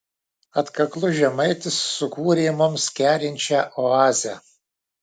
atkaklus žemaitis sukūrė mums kerinčią oazę